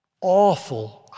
awful